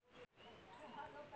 Online खाता कैसे खोल सकली हे कैसे?